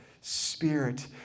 Spirit